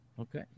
Okay